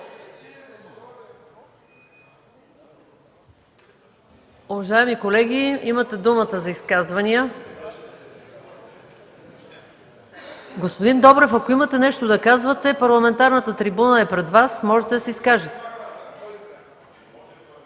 можете да се изкажете.